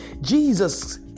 Jesus